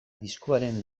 diskoaren